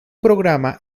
programa